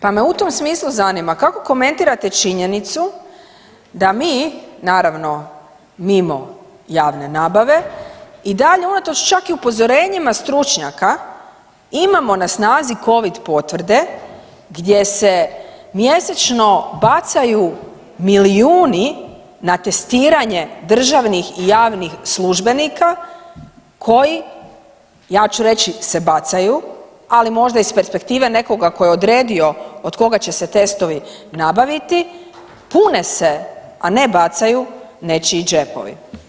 Pa me u tom smislu zanima kako komentirate činjenicu da mi naravno mimo javne nabave i dalje unatoč čak i upozorenjima stručnjaka imamo na snazi Covid potvrde gdje se mjesečno bacaju milijuni na testiranje državnih i javnih službenika koji ja ću reći se bacaju ali možda ih perspektive nekoga tko je odredio od koga će se testovi nabaviti, pune se a ne bacaju nečiji džepovi.